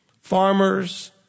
Farmers